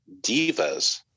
divas